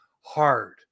hard